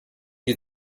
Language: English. you